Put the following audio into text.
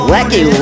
Wacky